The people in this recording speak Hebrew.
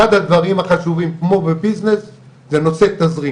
אחד הדברים החשובים, כמו בעסקים, זה נושא תזרים.